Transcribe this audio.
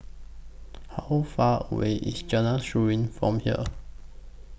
How Far away IS Jalan Seruling from here